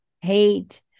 hate